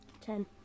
Ten